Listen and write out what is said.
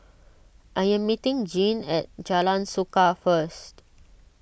I am meeting Gene at Jalan Suka first